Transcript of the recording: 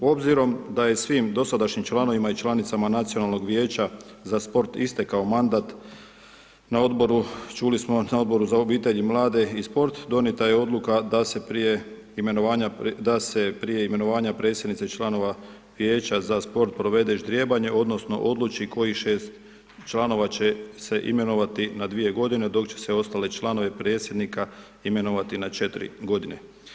Obzirom da je svim dosadašnjim članovima i članicama Nacionalnog vijeća za sport istekao mandat, na Odboru, čuli smo, na Odboru za obitelj i mlade i sport donijeta je odluka da se prije imenovanja predsjednice članova vijeća za sport provede i ždrijebanje, odnosno odluči kojih 6 članova će se imenovati na 2 godine, dok će se ostale članove predsjednika imenovati na 4 godine.